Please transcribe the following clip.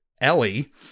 Ellie